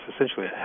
essentially